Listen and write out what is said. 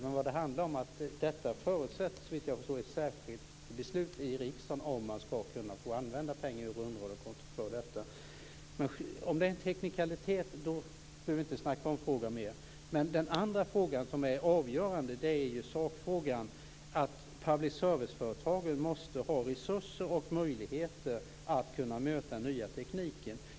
Men det förutsätter, såvitt jag förstår, ett särskilt beslut i riksdagen om man skall kunna få använda pengar från rundradiokontot för detta. Om det är en teknikalitet, behöver vi inte snacka om frågan mer. Den andra frågan, som är avgörande, är sakfrågan, nämligen att public service-företagen måste ha resurser och möjligheter att möta den nya tekniken.